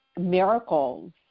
miracles